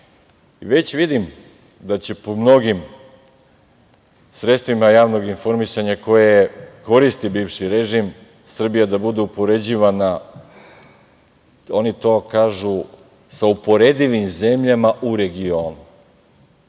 Već vidim da će po mnogim sredstvima javnog informisanja koje koristi bivši režim Srbija da bude upoređivana, oni to kažu, sa uporedivim zemljama u regionu